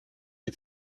die